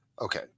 Okay